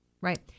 Right